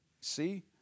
See